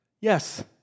Yes